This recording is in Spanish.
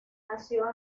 nació